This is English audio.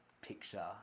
picture